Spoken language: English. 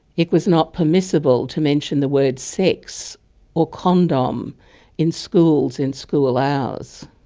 it was not permissible to mention the word sex or condom in schools in school hours.